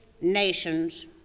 nations